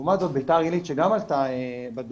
לעומת זאת ביתר עלית שגם עלתה בדו"ח,